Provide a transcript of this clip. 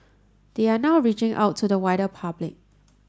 they are now reaching out to the wider public